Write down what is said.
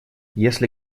если